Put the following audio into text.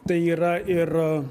tai yra ir